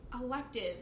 Elective